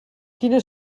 quina